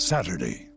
Saturday